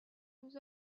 was